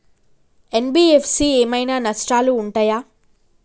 NBFC ఏమైనా నష్టాలు ఉంటయా?